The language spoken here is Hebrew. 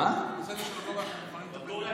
בנושא הזה של הגובה אנחנו מוכנים לטפל.